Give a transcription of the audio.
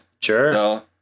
Sure